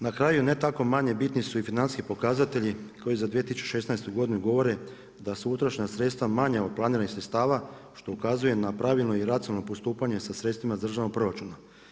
Na kraju ne tako manje bitni su i financijski pokazatelji koji za 2016. godinu govore da su utrošena sredstva manja od planiranih sredstava što ukazuje na pravilno i racionalno postupanje sa sredstvima iz državnog proračuna.